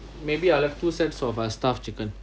maybe I like two sets for our staff chicken